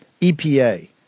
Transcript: EPA